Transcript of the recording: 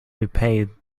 repay